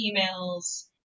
emails